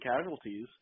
casualties